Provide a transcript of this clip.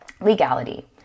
Legality